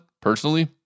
personally